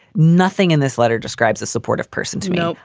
nothing in this letter describes a supportive person to me.